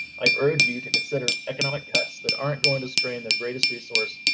i urge you to consider economic cuts that aren't going to strain their greatest resource.